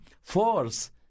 Force